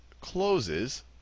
closes